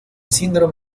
síndrome